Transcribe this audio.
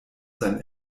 sein